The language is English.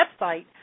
website